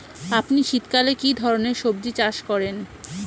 আপনি শীতকালে কী ধরনের সবজী চাষ করেন?